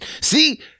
See